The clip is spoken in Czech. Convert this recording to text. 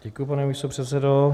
Děkuji, pane místopředsedo.